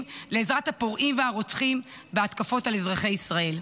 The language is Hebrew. לעזרת הפורעים והרוצחים בהתקפות על אזרחי ישראל.